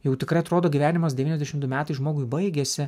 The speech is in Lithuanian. jau tikrai atrodo gyvenimas devyniasdešimt metų žmogui baigėsi